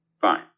fine